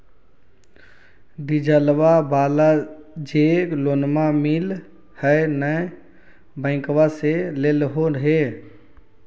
डिजलवा वाला जे लोनवा मिल है नै बैंकवा से लेलहो हे?